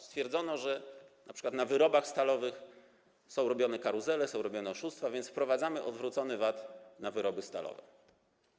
Stwierdzono, że np. na wyrobach stalowych są robione karuzele, są robione oszustwa, więc wprowadzono odwrócony VAT na wyroby stalowe.